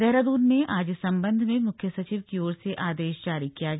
देहरादून में आज इस सम्बन्ध में मुख्य सचिव की ओर से आदेश जारी किया गया